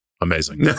Amazing